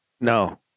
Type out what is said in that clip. No